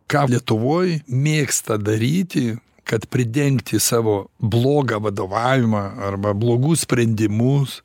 ką lietuvoj mėgsta daryti kad pridengti savo blogą vadovavimą arba blogus sprendimus